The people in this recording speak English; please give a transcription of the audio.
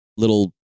little